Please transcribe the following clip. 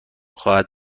خواهد